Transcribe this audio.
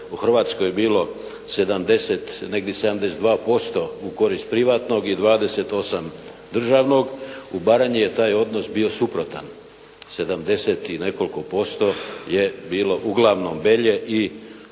u Hrvatskoj bilo 70, negdje 72% u korist privatnog i 28 državnog u Baranji je taj odnos bio suprotan 70 i nekoliko posto je bilo, uglavnom Belje i Hrvatske